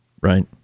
Right